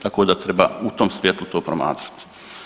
Tako da treba u tom svjetlu to promatrati.